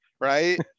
right